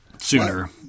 Sooner